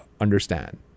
understand